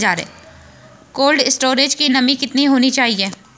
Cold storage की नमी कितनी होनी चाहिए?